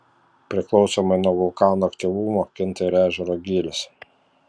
priklausomai nuo vulkano aktyvumo kinta ir ežero gylis